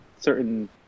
certain